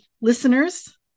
listeners